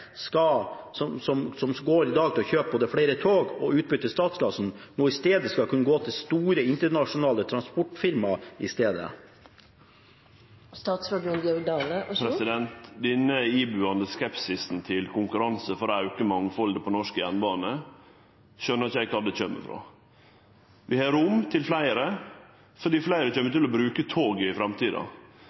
som i dag går både til å kjøpe flere tog og til utbytte til statskassen, nå i stedet skal kunne gå til store internasjonale transportfirmaer? Denne ibuande skepsisen til konkurranse for å auke mangfaldet på norsk jernbane, skjønar eg ikkje kvar kjem frå. Vi har rom til fleire, for fleire kjem til å bruke toget i framtida.